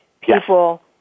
people